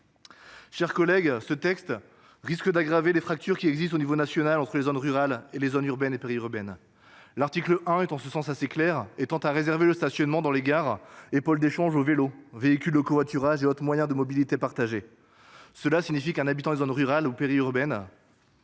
Chers collègues, ce texte risque d'aggraver les fractures qui existent au niveau national entre les zones rurales et les zones urbaines et périurbaines. L'article un est en ce sens assez clair, étant à réserver le stationnement dans les gares, épaules pôle d'échange aux vélos, véhicules de covoiturage et autres moyens de mobilité partagés cela signifie qu'un habitant en zone rurale ou périurbaines.